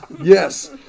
yes